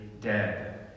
dead